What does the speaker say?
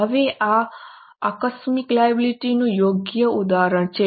હવે આ આકસ્મિક લાયબિલિટી નું યોગ્ય ઉદાહરણ છે